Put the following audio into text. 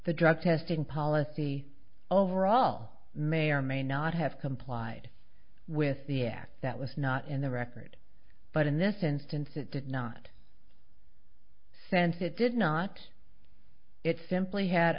the drug testing policy overall may or may not have complied with the act that was not in the record but in this instance it did not sense it did not it simply had